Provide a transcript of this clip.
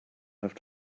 have